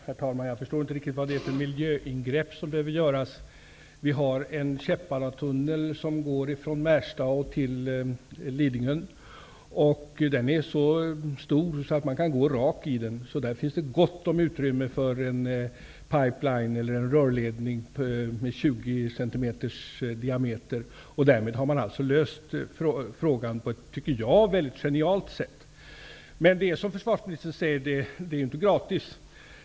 Herr talman! Jag förstår inte riktigt vad det är för miljöingrepp som behöver göras. Käppalatunneln går från Märsta till Lidingön. Den är så stor att man kan gå rak i den. Där fins det gott om utrymme för en pipeline med 20 cm diameter. Därmed kan frågan lösas på ett som jag tycker genialt sätt. Men precis som försvarministern säger är detta inte gratis.